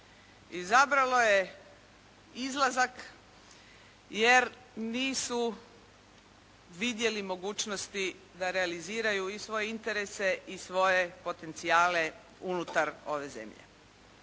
Izabralo je izlazak jer nisu vidjeli mogućnosti da realiziraju i svoje interese i svoje potencijale unutar zemlje.